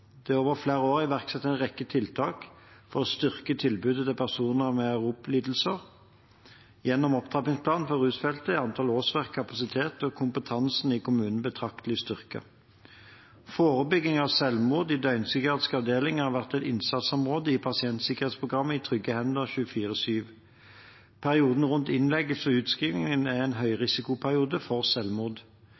Det er over flere år iverksatt en rekke tiltak for å styrke tilbudet til personer med ROP-lidelser. Gjennom Opptrappingsplanen for rusfeltet er antall årsverk, kapasiteten og kompetansen i kommunene betraktelig styrket. Forebygging av selvmord i døgnpsykiatriske avdelinger har vært et av innsatsområdene i pasientsikkerhetsprogrammet «I trygge hender 24–7». Perioden rundt innleggelse og utskriving er en høyrisikoperiode for